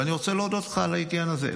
ואני רוצה להודות לך על העניין הזה.